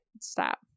Stop